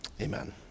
Amen